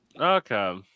Okay